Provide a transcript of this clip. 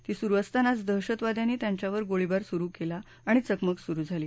ती सुरू असतानाच दहशतवाद्यांनी त्यांच्यावर गोळीबार सुरू केला आणि चकमक सुरू झाली